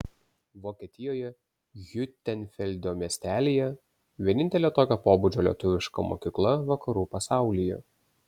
vokietijoje hiutenfeldo miestelyje vienintelė tokio pobūdžio lietuviška mokykla vakarų pasaulyje